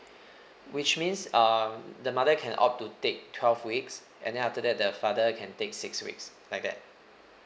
which means um the mother can opt to take twelve weeks and then after that the father can take six weeks like that